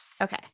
Okay